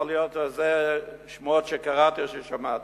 יכול להיות שזה שמועות שקראתי או שמעתי.